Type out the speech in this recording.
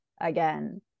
again